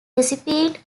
recipient